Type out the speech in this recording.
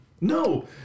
No